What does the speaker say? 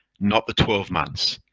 not the twelve months.